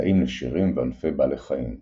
מטעים נשירים וענפי בעלי חיים רפת,